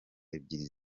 ebyiri